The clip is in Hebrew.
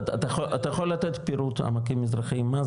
אתה יכול לתת פירוט עמקים מזרחיים מזה